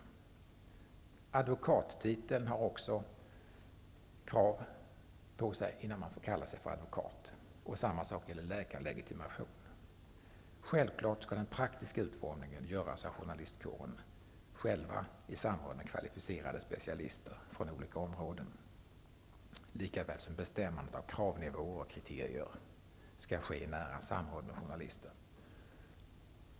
När det gäller advokater finns också vissa krav för att man skall få använda titeln advokat; samma sak gäller legitimerad läkare. Den praktiska utformningen skall självfallet göras av journalistkåren själv i samråd med kvalificerade specialister från olika områden. Även bestämmandet av kravnivåer skall ske i nära samråd med journalister.